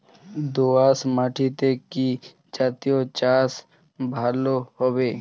দোয়াশ মাটিতে কি জাতীয় চাষ ভালো হবে?